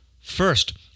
First